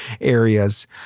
areas